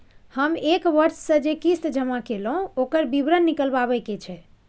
हम एक वर्ष स जे किस्ती जमा कैलौ, ओकर विवरण निकलवाबे के छै?